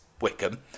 Wickham